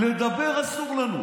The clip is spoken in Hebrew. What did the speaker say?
לדבר אסור לנו.